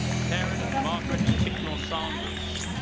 taryn margaret ticknor sanders.